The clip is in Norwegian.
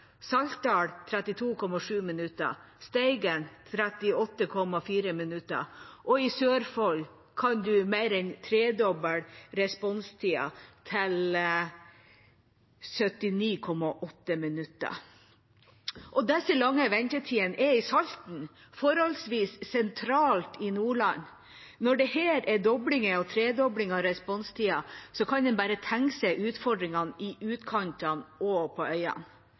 Saltdal 32,7 minutter og i Steigen 38,4 minutter. I Sørfold kan man mer enn tredoble responstida – til 79,8 minutter. Disse lange ventetidene har vi i Salten – forholdsvis sentralt i Nordland. Når det her er dobling og tredobling av responstida, kan en bare tenke seg utfordringene i utkantene og på øyene.